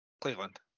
Cleveland